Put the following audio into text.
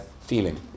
feeling